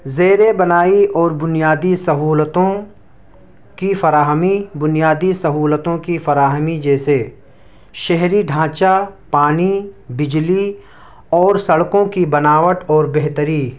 زیرِ بنائی اور بنیادی سہولتوں کی فراہمی بنیادی سہولتوں کی فراہمی جیسے شہری ڈھانچہ پانی بجلی اور سڑکوں کی بناوٹ اور بہتری